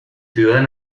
ciudad